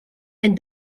and